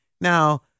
Now